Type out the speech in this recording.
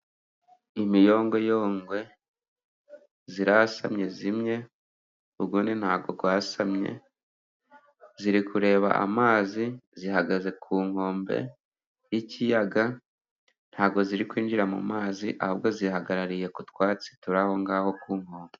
Imiyongoyongwe irasamye imwe indi ntabwo yasamye iri kureba amazi, ihagaze ku nkombe y'ikiyaga ntabwo iri kwinjira mu mazi ahubwo yihagarariye ku twatsi turi aho ngaho ku nkombe.